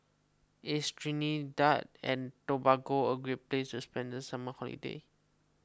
is Trinidad and Tobago a great place to spend the summer holiday